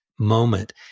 moment